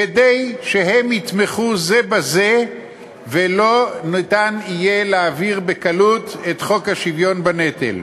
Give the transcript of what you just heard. כדי שהם יתמכו זה בזה ולא יהיה אפשר להעביר בקלות את חוק השוויון בנטל.